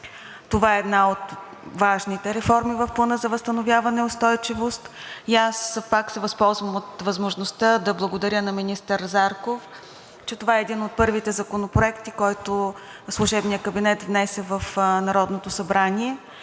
Това е една от важните реформи в Плана за възстановяване и устойчивост и аз пак се възползвам от възможността да благодаря на министър Зарков, че това е един от първите законопроекти, който служебният кабинет внесе в Народното събрание,